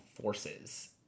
forces